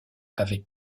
avec